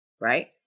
Right